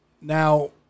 Now